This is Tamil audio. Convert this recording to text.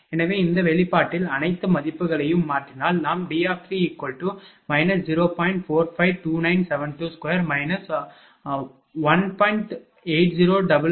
எனவே இந்த வெளிப்பாட்டில் அனைத்து மதிப்புகளையும் மாற்றினால் நாம் D3 0